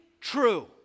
true